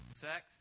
sex